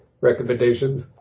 recommendations